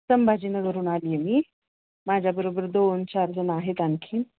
संभाजी नगरहून आली आहे मी माझ्याबरोबर दोन चार जणं आहेत आणखीन